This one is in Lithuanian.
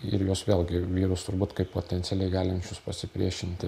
ir juos vėlgi vyrus turbūt kaip potencialiai galinčius pasipriešinti